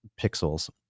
pixels